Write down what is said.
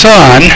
Son